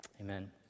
Amen